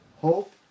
hope